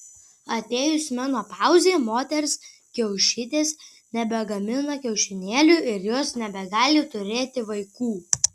atėjus menopauzei moters kiaušidės nebegamina kiaušinėlių ir jos nebegali turėti vaikų